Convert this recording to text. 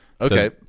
Okay